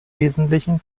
wesentlichen